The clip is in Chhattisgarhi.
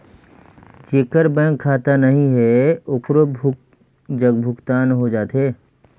जेकर बैंक खाता नहीं है ओकरो जग भुगतान हो जाथे?